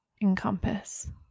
encompass